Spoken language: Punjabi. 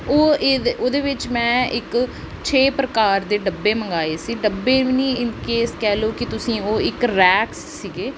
ਉਹ ਇਹਦੇ ਉਹਦੇ ਵਿੱਚ ਮੈਂ ਇੱਕ ਛੇ ਪ੍ਰਕਾਰ ਦੇ ਡੱਬੇ ਮੰਗਵਾਏ ਸੀ ਡੱਬੇ ਵੀ ਨਹੀਂ ਇਨ ਕੇਸ ਕਹਿ ਲਓ ਕਿ ਤੁਸੀਂ ਉਹ ਇੱਕ ਰੈਕਸ ਸੀਗੇ